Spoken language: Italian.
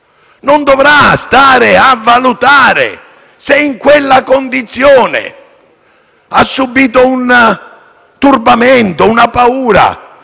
non dovrà stare a valutare se in quella condizione egli ha subìto un turbamento o una paura;